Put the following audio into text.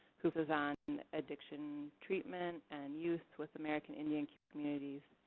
who focuses on addiction treatment and youth with american indian communities,